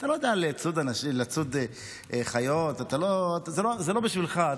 אתה לא יודע לצוד חיות, זה לא בשבילך.